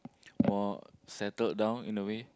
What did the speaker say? more settled down in a way